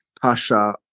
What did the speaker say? Pasha